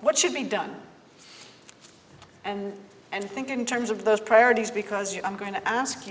what should be done and and think in terms of those priorities because i'm going to ask